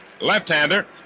left-hander